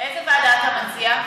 איזו ועדה אתה מציע?